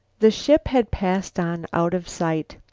the ship had passed on out of sight.